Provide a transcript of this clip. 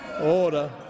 Order